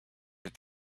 have